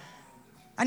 חושך,